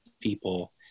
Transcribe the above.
people